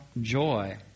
joy